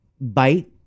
bite